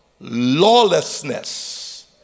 lawlessness